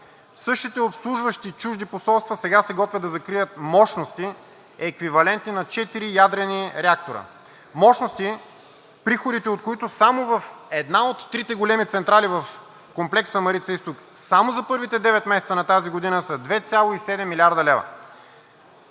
Същите обслужващи чужди посолства сега се готвят да закрият мощности, еквивалентни на четири ядрени реактора. Мощности, приходите от които само в една от трите големи централи в комплекса „Марица изток“ само за първите девет месеца на тази година са 2,7 млрд. лв.